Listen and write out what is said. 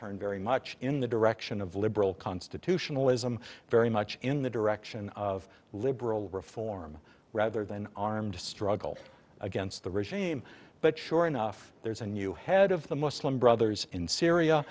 turned very much in the direction of liberal constitutionalism very much in the direction of liberal reform rather than armed struggle against the regime but sure enough there is a new head of the muslim brothers in syria